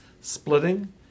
splitting